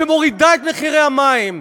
שמורידה את מחירי המים.